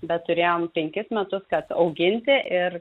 bet turėjom penkis metus kad auginti ir